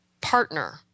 partner